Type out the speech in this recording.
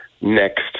next